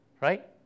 right